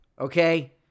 okay